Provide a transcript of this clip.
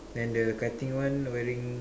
then the cutting one wearing